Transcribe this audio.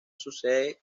sucede